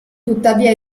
tuttavia